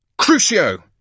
Crucio